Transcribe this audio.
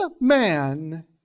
man